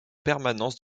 permanence